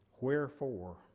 Wherefore